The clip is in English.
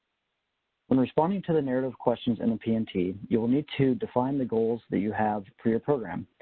when responding to the narrative questions in the pmt you'll need to define the goals that you have for your program.